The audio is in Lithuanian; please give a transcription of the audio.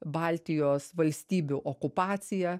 baltijos valstybių okupacija